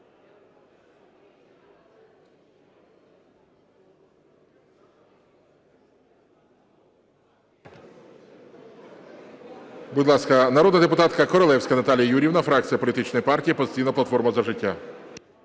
Будь ласка, народна депутатка Королевська Наталя Юріївна, фракція політичної партії "Опозиційна платформа – За життя".